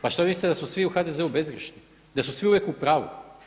Pa šta mislite da su svi u HDZ-u bezgrešni, da su svi uvijek u pravu.